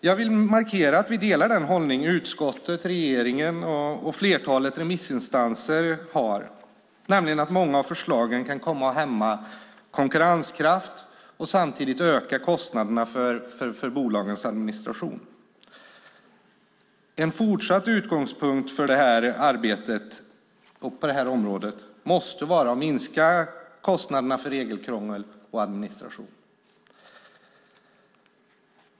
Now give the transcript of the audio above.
Jag vill markera att vi delar den hållning utskottet, regeringen och flertalet remissinstanser har, nämligen att många av förslagen kan komma att hämma konkurrenskraft och samtidigt öka kostnaderna för bolagens administration. En utgångspunkt för arbetet på det här området måste vara att minska kostnaderna för regelkrångel och administration.